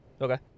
Okay